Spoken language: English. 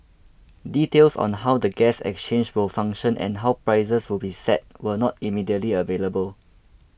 details on how the gas exchange will function and how prices will be set were not immediately available